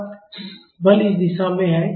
अत बल इस दिशा में है